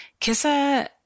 Kissa